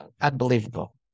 unbelievable